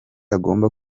agomba